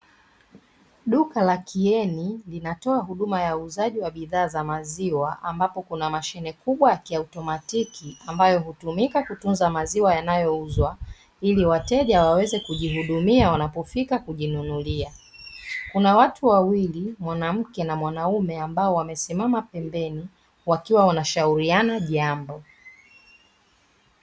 Duka la "KIENI" linatoa huduma ya uuzaji wa bidhaa za maziwa ambapo kuna mashine kubwa ya kiautomatiki ambayo hutumika kutunza maziwa yanayouzwa, ili wateja waweze kujihudumia wanapofika kujinunulia. Kuna watu wawili (mwanamke na mwanaume) ambao wamesimama pembeni wakiwa wanashauriana jambo.